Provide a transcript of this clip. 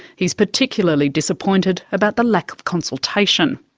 he's particularly disappointed about the lack of consultation.